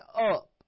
up